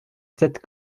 sept